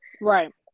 Right